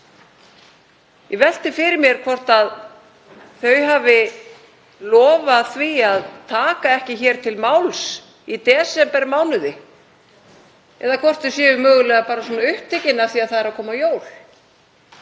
Ég velti fyrir mér hvort þau hafi lofað því að taka ekki til máls í desembermánuði eða hvort þau séu mögulega bara svona upptekin af því að það eru að koma jól.